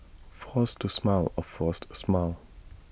force to smile A forced smile